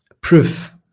proof